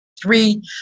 Three